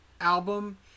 album